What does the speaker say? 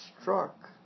struck